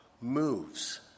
moves